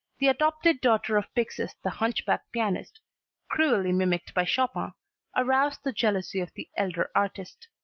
the adopted daughter of pixis the hunchback pianist cruelly mimicked by chopin aroused the jealousy of the elder artist.